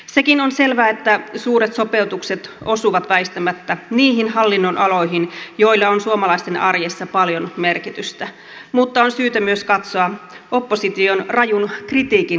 sekin on selvää että suuret sopeutukset osuvat väistämättä niihin hallinnonaloihin joilla on suomalaisten arjessa paljon merkitystä mutta on syytä myös katsoa opposition rajun kritiikin taakse